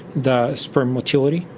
the sperm motility,